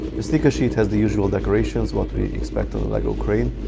the sticker sheet has the usual decorations what we expect on a lego crane.